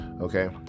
okay